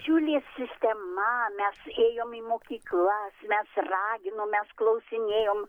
džiulė sistema mes ėjom į mokyklas mes raginom mes klausinėjom